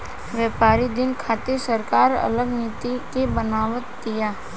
व्यापारिक दिन खातिर सरकार अलग नीति के बनाव तिया